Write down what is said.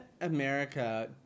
America